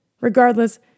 Regardless